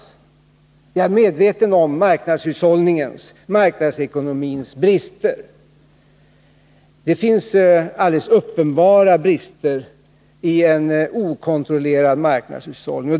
Jag är medveten om marknadshushållningens, marknadsekonomins, brister. Det finns alldeles uppenbara brister i en okontrollerad marknadshushållning.